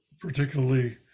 particularly